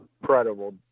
incredible